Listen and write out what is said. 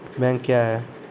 Bank क्या हैं?